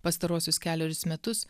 pastaruosius kelerius metus